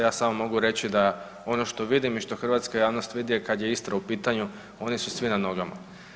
Ja samo mogu reći da ono što vidim i što hrvatska javnost vidi je kad je Istra u pitanju oni su svi na nogama.